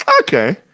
Okay